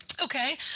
Okay